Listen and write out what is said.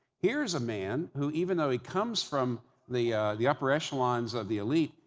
here's a man who, even though he comes from the the upper echelons of the elite,